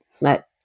let